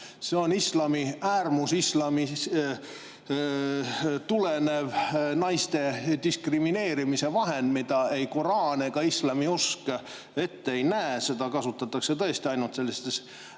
See on islamist, äärmusislamist tulenev naiste diskrimineerimise vahend, mida ei koraan ega islami usk ette ei näe. Seda kasutatakse tõesti ainult sellistes